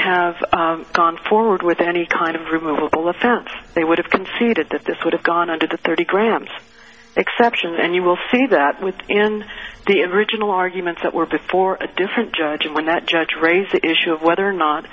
have gone forward with any kind of removable offense they would have conceded that this would have gone under the thirty grams exceptions and you will see that with in the original arguments that were before a different judge and when that judge raised the issue of whether or not